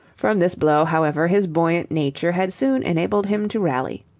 from this blow, however, his buoyant nature had soon enabled him to rally.